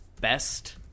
Best